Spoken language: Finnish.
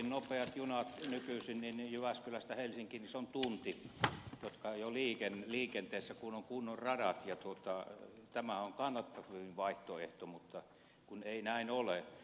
nopeilla junilla nykyisin jotka ovat jo liikenteessä jyväskylästä helsinkiin isoon tutumpi mutta kai oli kestää tunnin kun on kunnon radat ja tämä on kannattavin vaihtoehto mutta kun ei näin ole